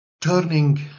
turning